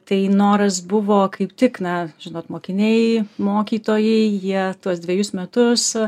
tai noras buvo kaip tik na žinot mokiniai mokytojai jie tuos dvejus metus